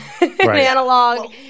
analog